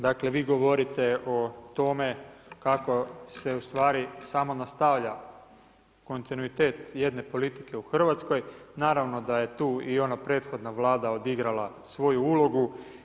Dakle vi govorite o tome kako se samo nastavlja kontinuitet jedne politike u Hrvatskoj, naravno da je tu i ona prethodna vlada odigrala svoju ulogu.